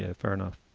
ah fair enough.